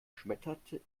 schmetterte